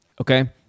okay